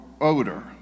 odor